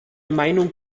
meinung